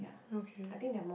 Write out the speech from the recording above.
okay